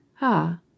Ah